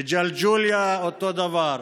בג'לג'וליה אותו דבר.